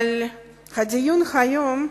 אבל הדיון היום,